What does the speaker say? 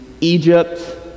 Egypt